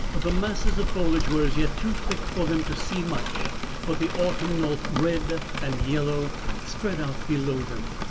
but the masses of foliage were as yet too thick for them to see much but the autumnal red and yellow spread out below them.